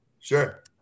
Sure